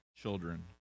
children